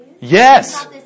Yes